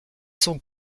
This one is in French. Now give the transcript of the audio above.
sont